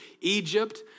Egypt